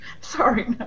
Sorry